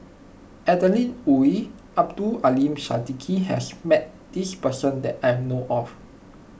Adeline Ooi Abdul Aleem Siddique has met this person that I know of